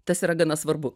tas yra gana svarbu